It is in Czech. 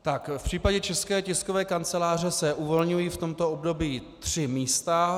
Tak v případě České tiskové kanceláře se uvolňují v tomto období tři místa.